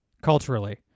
culturally